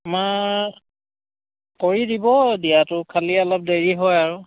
আমাৰ কৰি দিব দিয়াটো খালি অলপ দেৰি হয় আৰু